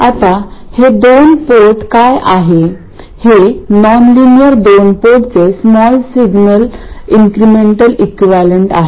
आता हे दोन पोर्ट काय आहे हे नॉनलिनियर दोन पोर्टचे स्मॉल सिग्नल इन्क्रिमेंटल इक्विवलेंट आहे